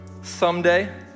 Someday